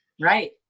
Right